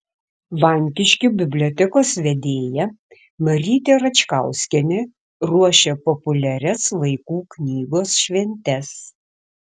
vankiškių bibliotekos vedėja marytė račkauskienė ruošia populiarias vaikų knygos šventes